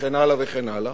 וכן הלאה וכן הלאה,